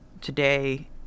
Today